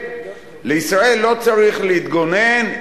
בישראל לא צריך להתגונן,